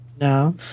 No